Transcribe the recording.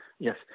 Yes